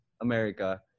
America